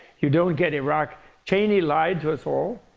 you don't get iraq cheney lied to us all.